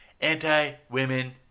anti-women